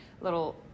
little